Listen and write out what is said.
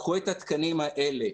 קחו את התקנים האלה,